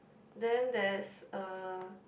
then there's a